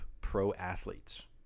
pro-athletes